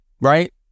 Right